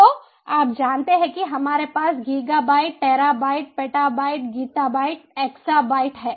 तो आप जानते हैं कि हमारे पास गीगाबाइट टेराबाइट पेटाबाइट गीताबाइट एक्साबाइट है